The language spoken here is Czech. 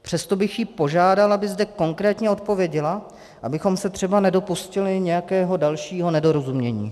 Přesto bych ji požádal, aby zde konkrétně odpověděla, abychom se třeba nedopustili nějakého dalšího nedorozumění.